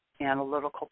analytical